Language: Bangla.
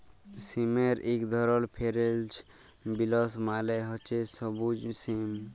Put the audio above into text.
সিমের ইক ধরল ফেরেল্চ বিলস মালে হছে সব্যুজ সিম